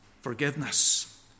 forgiveness